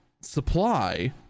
supply